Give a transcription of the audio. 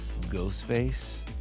Ghostface